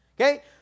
okay